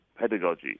pedagogy